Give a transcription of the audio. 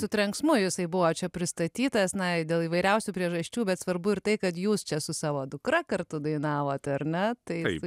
su trenksmu jisai buvo čia pristatytas na dėl įvairiausių priežasčių bet svarbu ir tai kad jūs čia su savo dukra kartu dainavot ar ne tai